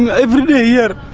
um every day here,